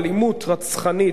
אלימות רצחנית,